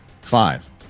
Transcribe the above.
Five